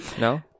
No